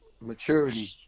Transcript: maturity